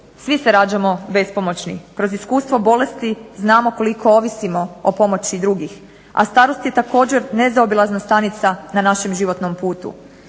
Svi se rađamo bespomoćni. Kroz iskustvo bolesti znamo koliko ovisimo o pomoći drugih, a starost je također nezaobilazna stanica na našem životnom putu.